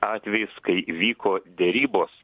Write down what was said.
atvejis kai vyko derybos